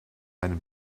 einem